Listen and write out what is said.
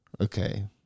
Okay